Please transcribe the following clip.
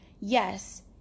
yes